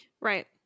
Right